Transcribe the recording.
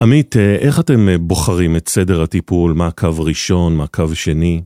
עמית, איך אתם בוחרים את סדר הטיפול? מה קו ראשון, מה קו שני?